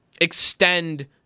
extend